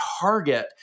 target